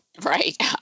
Right